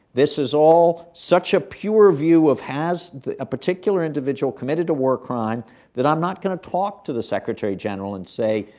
this is all such a pure view of has a particular individual committed a war crime that i'm not going to talk to the secretary-general and say,